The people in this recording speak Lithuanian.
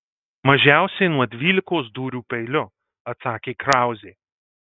mažiausiai nuo dvylikos dūrių peiliu atsakė krauzė